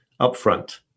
upfront